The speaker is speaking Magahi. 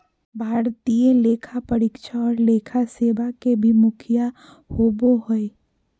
भारतीय लेखा परीक्षा और लेखा सेवा के भी मुखिया होबो हइ